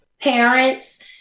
parents